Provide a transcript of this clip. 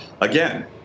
again